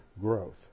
growth